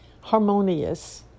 harmonious